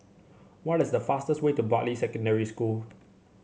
what is the fastest way to Bartley Secondary School